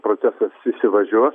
procesas įsivažiuos